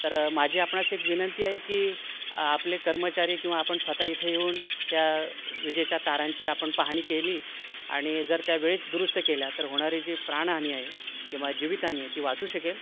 तर माझी आपणास एक विनंती आहे की आपले कर्मचारी किंवा आपण स्वतः इथे येऊन त्या विजेच्या तारांची आपण पाहाणी केली आणि जर त्या वेळेस दुरुस्त केल्या तर होणारी जी प्राणहानी आहे किंवा जीवितहानी आहे ती वाचू शकेल